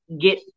get